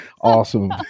awesome